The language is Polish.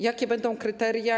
Jakie będą kryteria?